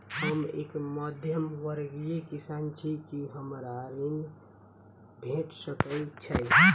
हम एक मध्यमवर्गीय किसान छी, की हमरा कृषि ऋण भेट सकय छई?